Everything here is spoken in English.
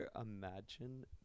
imagine